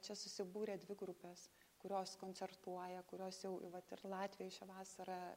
čia susibūrė dvi grupės kurios koncertuoja kurios jau i vat ir latvijoj šią vasarą